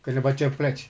kena baca pledge